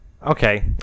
Okay